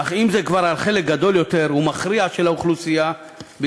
אך אם זה כבר על חלק גדול יותר ומכריע של האוכלוסייה בישראל,